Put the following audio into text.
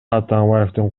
атамбаевдин